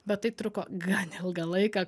bet tai truko gan ilgą laiką